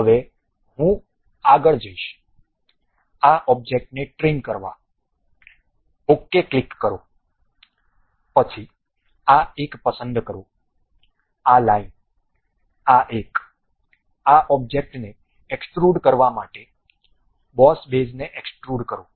હવે હું આગળ જઈશ આ ઓબ્જેક્ટને ટ્રીમ કરવા OK ક્લિક કરો પછી આ એક પસંદ કરો આ લાઇન આ એક આ ઓબ્જેક્ટને એક્સ્ટ્રુડ કરવા માટે બોસ બેઝને એક્સ્ટ્રુડ કરો